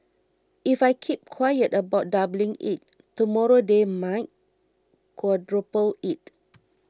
if I keep quiet about doubling it tomorrow they might quadruple it